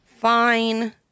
Fine